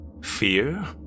fear